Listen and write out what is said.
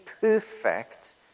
perfect